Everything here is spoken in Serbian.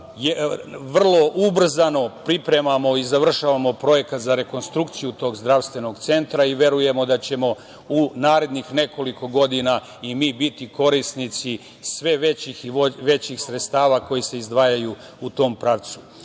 vrlo ubrzano pripremamo i završavamo projekat za rekonstrukciju tog zdravstvenog centra. Verujemo da ćemo u narednih nekoliko godina i mi biti korisnici sve većih i većih sredstava koja se izdvajaju u tom pravcu. Ono